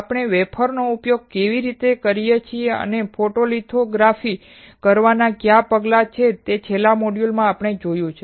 આપણે વેફરનો ઉપયોગ કેવી રીતે કરી શકીએ અને ફોટોલિથોગ્રાફી કરવાનાં કયા પગલાં છે તે છેલ્લા મોડ્યુલમાં આપણે જોયું છે